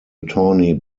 attorney